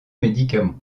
médicaments